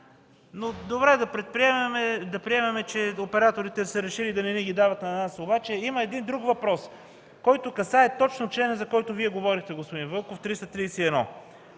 Добре, да приемем, че операторите са решили да не ги дават на нас, обаче има друг въпрос, който касае точно члена, за който Вие говорихте, господин Вълков – 331.